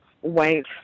white